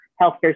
healthcare